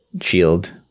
shield